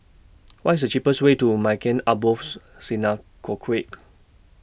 What IS The cheapest Way to Maghain Aboth